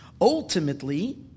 Ultimately